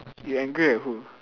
you angry at who